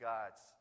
God's